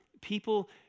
people